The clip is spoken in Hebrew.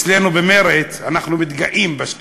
אצלנו במרצ, אנחנו מתגאים בשקיפות,